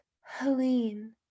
helene